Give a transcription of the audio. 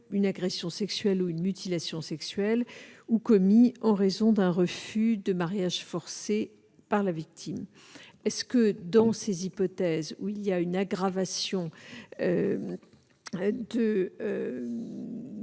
une agression sexuelle ou une mutilation sexuelle, ou commis en raison d'un refus de mariage forcé par la victime. Dans l'hypothèse d'une aggravation de